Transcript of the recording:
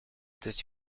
that